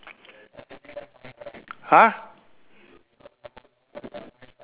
!huh!